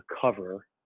cover